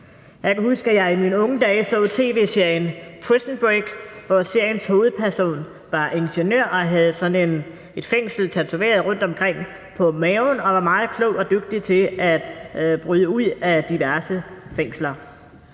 Jeg kan huske, at jeg i mine unge dage så tv-serien »Prison Break«, hvor seriens hovedperson var ingeniør og havde et fængsel tatoveret på maven og var meget klog og dygtig til at bryde ud af diverse fængsler.